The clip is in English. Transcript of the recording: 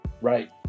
right